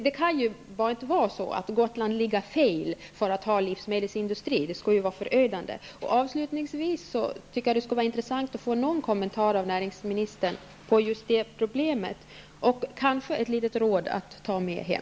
Det kan ju bara inte vara så att Gotland ligger fel för att ha livsmedelsindustri; det skulle vara förödande. Avslutningsvis tycker jag att det skulle vara intressant att få någon kommentar av näringsministern till just det problemet och kanske ett litet råd att ta med hem.